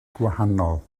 gwahanol